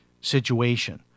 situation